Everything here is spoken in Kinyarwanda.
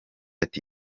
ati